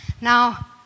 Now